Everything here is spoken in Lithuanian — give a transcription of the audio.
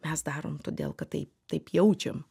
mes darom todėl kad taip taip jaučiam